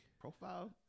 Profile